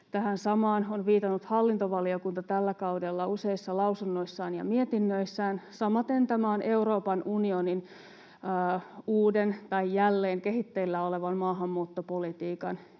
Tähän samaan on viitannut hallintovaliokunta tällä kaudella useissa lausunnoissaan ja mietinnöissään. Samaten tämä on Euroopan unionin uuden, tai jälleen kehitteillä olevan, maahanmuuttopolitiikan yksi